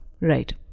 Right